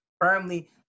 firmly